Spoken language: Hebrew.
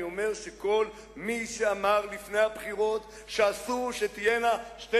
אני אומר שכל מי שאמר לפני הבחירות שאסור שתהיינה שתי